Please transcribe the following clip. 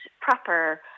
proper